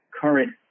current